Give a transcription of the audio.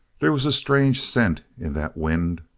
there was a strange scent in that wind,